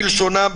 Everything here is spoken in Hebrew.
כלשונם,